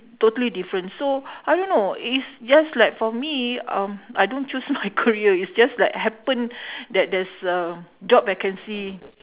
totally different so I don't know is just like for me um I don't choose my career is just like happen that there's a job vacancy